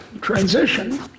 transition